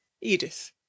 Edith